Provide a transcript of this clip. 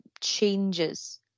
changes